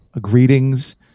greetings